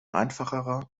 einfacherer